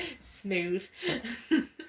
Smooth